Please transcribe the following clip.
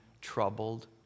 troubled